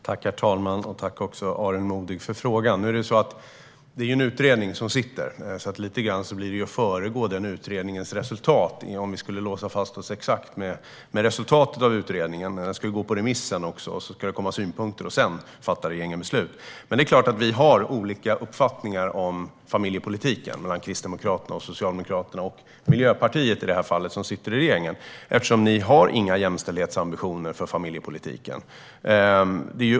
Herr talman! Tack för frågan, Aron Modig! En utredning arbetar nu. Det blir lite att föregå den utredningens resultat, om vi skulle låsa fast oss exakt vid resultatet av utredningen. Den ska gå på remiss. Sedan ska det komma synpunkter. Och sedan fattar regeringen beslut. Det är klart att Kristdemokraterna och Socialdemokraterna och Miljöpartiet, som sitter i regeringen, har olika uppfattningar när det gäller familjepolitiken. Ni har nämligen inga jämställdhetsambitioner i familjepolitiken.